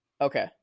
Okay